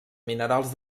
minerals